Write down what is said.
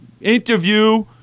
interview